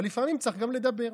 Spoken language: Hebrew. אבל לפעמים צריך גם לדבר.